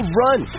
run